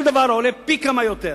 כל דבר עולה פי כמה יותר.